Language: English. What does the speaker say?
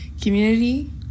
community